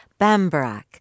Bambarak